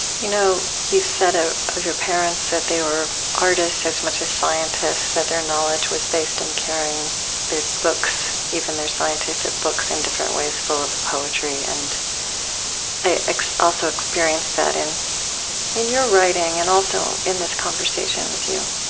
you know you've said ah of your parents that they were artists as much as scientists, that their knowledge was based in carrying their books, even their scientific books, in different ways full of poetry. and i also experience that in in your writing and also in this conversation with you.